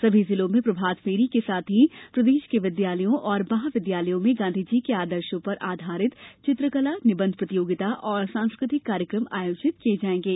सभी जिलों में प्रभात फेरी के साथ ही प्रदेश के विद्यालयों और महाविद्यालयों में गाँधी जी के आदर्शों पर आधारित चित्रकला निबंध प्रतियोगिता और सांस्कृतिक कार्यक्रम आयोजित किये जायेंगे